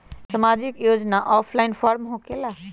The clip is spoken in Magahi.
समाजिक योजना ऑफलाइन फॉर्म होकेला?